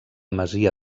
masia